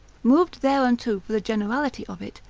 moved thereunto for the generality of it,